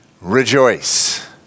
rejoice